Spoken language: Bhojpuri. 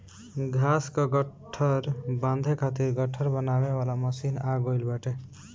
घाँस कअ गट्ठर बांधे खातिर गट्ठर बनावे वाली मशीन आ गइल बाटे